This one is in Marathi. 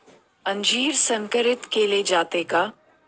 अंजीर संकरित केले जाते का?